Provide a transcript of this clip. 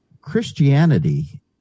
Christianity